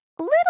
little